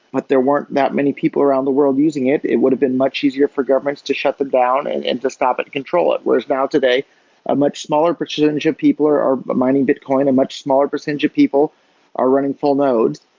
but there weren't that many people around the world using it it would have been much easier for governments to shut them down and and to stop it and control it. whereas, now today a much smaller percentage of people are are mining bitcoin, a much smaller percentage of people are running full nodes,